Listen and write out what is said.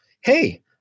hey